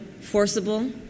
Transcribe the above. forcible